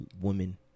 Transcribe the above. woman